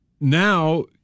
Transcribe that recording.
Now